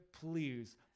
Please